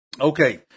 Okay